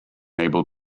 able